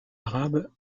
arabe